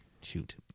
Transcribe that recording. Shoot